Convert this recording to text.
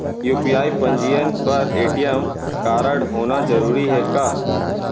UPI पंजीयन बर ATM कारडहोना जरूरी हे का?